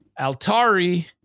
Altari